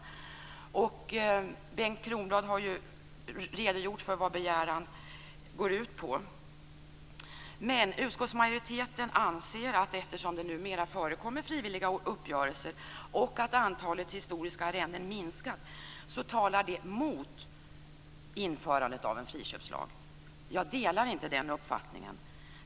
Bengt Kronblad har ju redogjort för vad den begäran går ut på. Men utskottsmajoriteten anser att det förhållandet att det numera förekommer frivilliga uppgörelser och att antalet historiska arrenden minskat talar mot införandet av en friköpslag. Jag delar inte den uppfattningen.